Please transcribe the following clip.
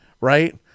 Right